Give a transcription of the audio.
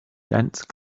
dense